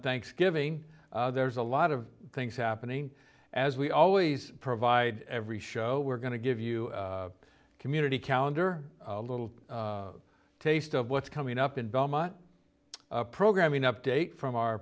thanksgiving there's a lot of things happening as we always provide every show we're going to give you a community calendar a little taste of what's coming up in belmont programming update from our